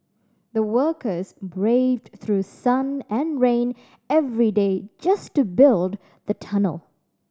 the workers braved through sun and rain every day just to build the tunnel